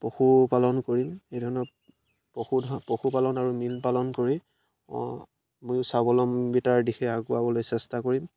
পশুপালন কৰিম এই ধৰণৰ পশুধন পশুপালন আৰু মিল পালন কৰি ময়ো স্বাৱলম্বীতাৰ দিশে আগুৱাবলৈ চেষ্টা কৰিম